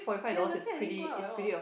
ya Wednesday I didn't go out at all